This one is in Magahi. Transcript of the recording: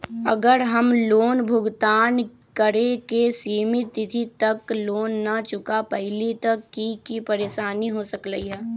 अगर हम लोन भुगतान करे के सिमित तिथि तक लोन न चुका पईली त की की परेशानी हो सकलई ह?